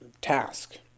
task